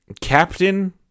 Captain